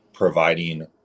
providing